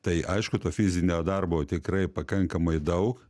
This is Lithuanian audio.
tai aišku to fizinio darbo tikrai pakankamai daug